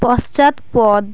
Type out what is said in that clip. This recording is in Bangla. পশ্চাৎপদ